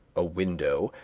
a window,